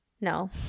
no